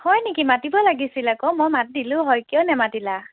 হয় নেকি মাতিব লাগিছিল আকৌ মই মাত দিলোঁ হয় কিয় নেমাতিলা